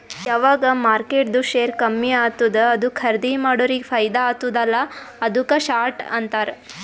ಯಾವಗ್ ಮಾರ್ಕೆಟ್ದು ಶೇರ್ ಕಮ್ಮಿ ಆತ್ತುದ ಅದು ಖರ್ದೀ ಮಾಡೋರಿಗೆ ಫೈದಾ ಆತ್ತುದ ಅಲ್ಲಾ ಅದುಕ್ಕ ಶಾರ್ಟ್ ಅಂತಾರ್